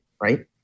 right